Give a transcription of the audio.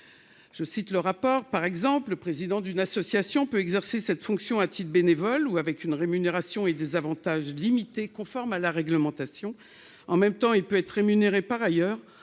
Je cite le rapport,